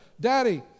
Daddy